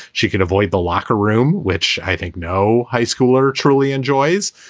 she could avoid the locker room, which i think no high schooler truly enjoys.